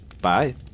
Bye